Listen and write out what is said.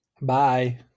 Bye